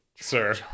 sir